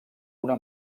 una